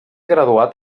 graduat